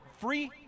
free